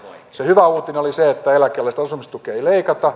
se hyvä uutinen oli se että eläkeläisten asumistukea ei leikata